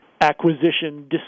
acquisition